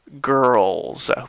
Girls